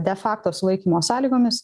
de fakto sulaikymo sąlygomis